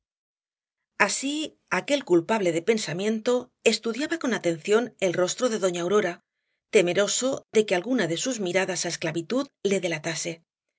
así aquel culpable de pensamiento estudiaba con atención el rostro de doña aurora temeroso de que alguna de sus miradas á esclavitud le delatase